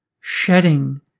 shedding